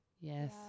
Yes